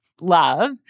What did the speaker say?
love